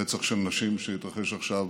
רצח של נשים שהתרחש עכשיו,